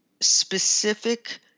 specific